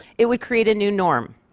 it would create a new norm.